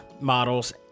models